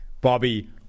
Bobby